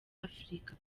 afurika